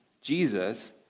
Jesus